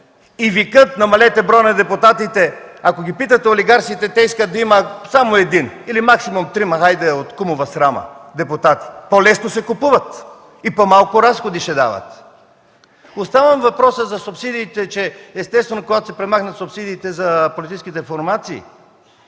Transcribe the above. Викът: „Намалете броя на депутатите”: ако питате олигарсите, те искат да има само един или максимум трима – хайде, от кумова срама, депутати. По-лесно се купуват! И по-малко разходи ще правят! Поставям въпроса за субсидиите – естествено, когато се премахнат субсидиите за политическите формации,